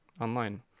online